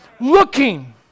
looking